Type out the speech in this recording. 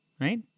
right